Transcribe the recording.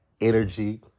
energy